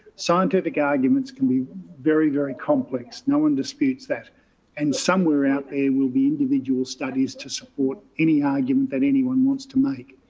scientific arguments can be very, very complex. no one disputes that and somewhere out there will be individual studies to support any argument that anyone wants to make,